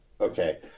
Okay